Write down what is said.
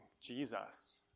Jesus